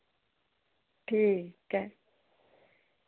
ठीक ऐ